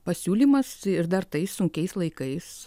pasiūlymas ir dar tais sunkiais laikais